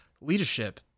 leadership